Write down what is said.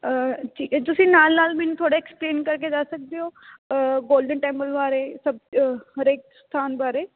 ਤੁਸੀਂ ਨਾਲ ਨਾਲ ਮੈਨੂੰ ਥੋੜ੍ਹਾ ਐਕਸਪਲੇਨ ਕਰਕੇ ਦੱਸ ਸਕਦੇ ਹੋ ਗੋਲਡਨ ਟੈਂਪਲ ਬਾਰੇ ਹਰੇਕ ਇਕ ਸਥਾਨ ਬਾਰੇ